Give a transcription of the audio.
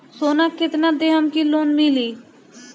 सोना कितना देहम की लोन मिली?